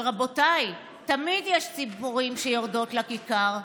'אבל רבותיי, תמיד יש ציפורים שיורדות לכיכר'.